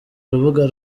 rubuga